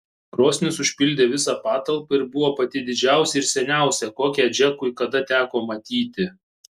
krosnis užpildė visą patalpą ir buvo pati didžiausia ir seniausia kokią džekui kada teko matyti